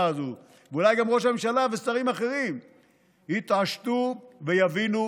הזו ואולי גם ראש הממשלה ושרים אחרים יתעשתו ויבינו: